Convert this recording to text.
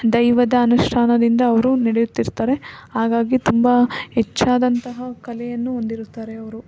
ದೈವದ ಅನುಷ್ಠಾನದಿಂದ ಅವರು ನಡೆಯುತ್ತಿರ್ತಾರೆ ಹಾಗಾಗಿ ತುಂಬ ಹೆಚ್ಚಾದಂತಹ ಕಲೆಯನ್ನು ಹೊಂದಿರುತ್ತಾರೆ ಅವರು